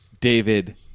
David